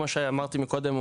כמו שאמרתי קודם,